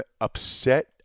upset